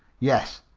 yes.